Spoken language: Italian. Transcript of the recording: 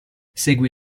segui